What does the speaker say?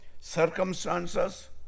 circumstances